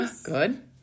Good